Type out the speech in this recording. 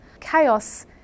chaos